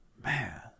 man